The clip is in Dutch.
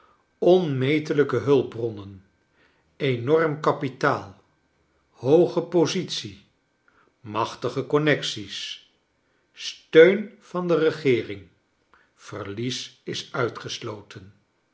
onmetelijke hulpbronnen enorm kapitaal hooge positie machtige connexies steun van de regeering verlies is uitgesloten